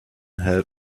help